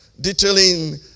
Detailing